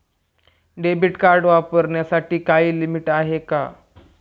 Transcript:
Debit card वापरण्यासाठी काही limit आहे का?